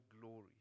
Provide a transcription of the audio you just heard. glory